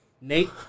Nate